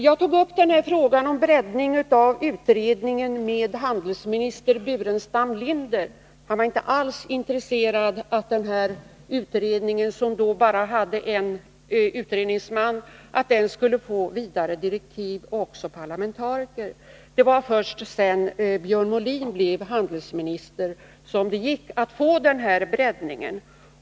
Jag tog upp frågan om breddning av utredningen med dåvarande handelsministern Burenstam Linder. Han var inte alls intresserad av att utredningen, som då bestod bara av en utredningsman, skulle få vidare direktiv och också parlamentariskt inslag. Det var först sedan Björn Molin blev handelsminister som det gick att få denna breddning.